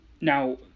Now